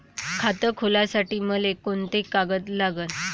खात खोलासाठी मले कोंते कागद लागन?